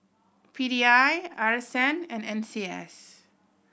P D I R S N and N C S